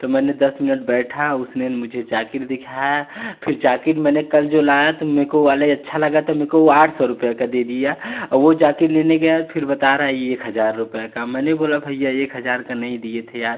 तो मैंने दस मिनट बैठा उसने मुझे जैकेट दिखाया फ़िर जैकेट मैंने कल जो लाया तो मेको वह वाले अच्छा लगा तो मुझे वह आठ सौ रुपये का दे दिया और वह जैकेट लेने गया तो फ़िर बता रहा है की एक हज़ार रुपये का मैंने बोला भैया एक हज़ार का नहीं दिए थे यार